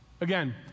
Again